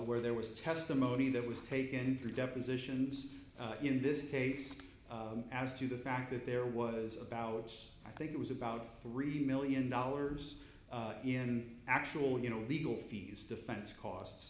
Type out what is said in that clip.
where there was testimony that was taken through depositions in this case as to the fact that there was about its i think it was about three million dollars in actual you know legal fees defense